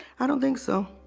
i? don't think so